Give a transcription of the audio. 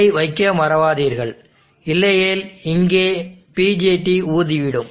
அதை வைக்க மறக்காதீர்கள் இல்லையெனில் இங்கே BJT ஊதிவிடும்